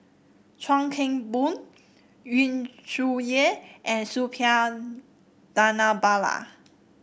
Chuan Keng Boon Yu Zhuye and Suppiah Dhanabalan